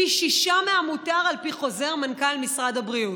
פי שישה מהמותר על פי חוזר מנכ"ל משרד הבריאות.